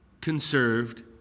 conserved